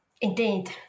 Indeed